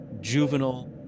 juvenile